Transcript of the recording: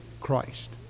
Christ